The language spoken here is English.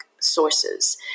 sources